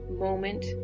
moment